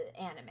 anime